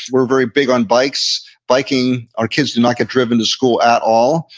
we're very big on bikes. biking. our kids do not get driven to school at all,